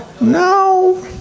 No